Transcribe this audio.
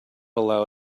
allow